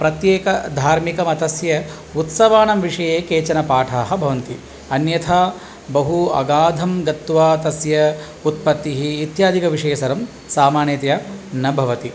प्रत्येकः धार्मिकः मतस्य उत्सवानां विषये केचन पाठाः भवन्ति अन्यथा बहु अगाधं गत्वा तस्य उत्पत्तिः इत्यादिकं विषये सर्वं सामान्यतया न भवति